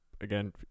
again